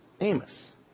Amos